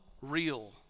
real